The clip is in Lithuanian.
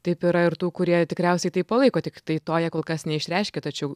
taip yra ir tų kurie tikriausiai tai palaiko tiktai to jie kol kas neišreiškė tačiau